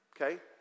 okay